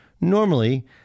normally